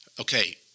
Okay